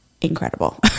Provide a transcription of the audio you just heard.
incredible